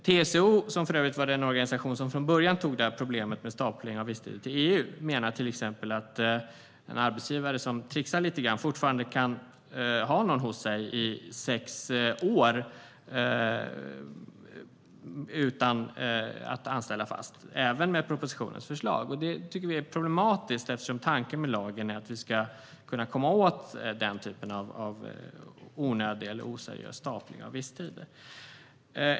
TCO, som för övrigt var den organisation som från början tog problemet med stapling av visstid till EU, menar till exempel att en arbetsgivare som trixar lite grann fortfarande kan ha någon hos sig i sex år utan att anställa personen fast, även med propositionens förslag. Det tycker vi är problematiskt, eftersom tanken med lagen är att vi ska kunna komma åt den typen av onödig eller oseriös stapling av visstider.